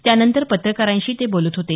त्या नंतर पत्रकारांशी बोलत होते